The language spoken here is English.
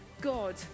God